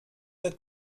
der